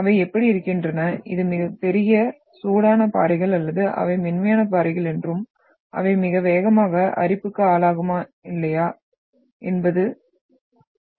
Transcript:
அவை எப்படி இருக்கின்றன இது மிகப்பெரிய சூடான பாறைகள் அல்லது அவை மென்மையான பாறைகள் என்றும் அவை மிக வேகமாக அரிப்புக்கு ஆளாகுமா இல்லையா என்றும் சொல்லலாம்